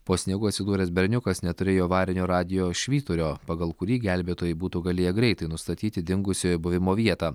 po sniegu atsidūręs berniukas neturėjo avarinio radijo švyturio pagal kurį gelbėtojai būtų galėję greitai nustatyti dingusiojo buvimo vietą